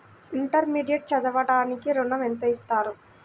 Intermediate చదవడానికి ఋణం ఎంత ఇస్తారు?